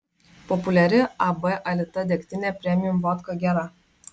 populiari ab alita degtinė premium vodka gera